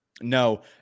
No